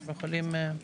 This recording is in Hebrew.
אנחנו יכולים...